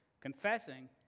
Confessing